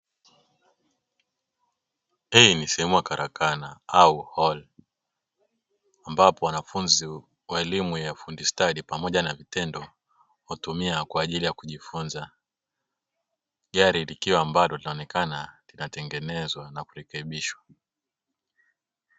Hii ni sehemu ya karakana au holi ambapo wanafunzi wa elimu ya ufundi stadi pamoja na vitendo hutumia kwa ajili ya kujifunza. Gari likiwa ambalo linaonekana, linatengenezwa na kurekebishwa.